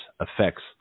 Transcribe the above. Effects